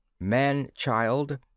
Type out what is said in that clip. Man-child